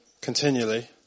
continually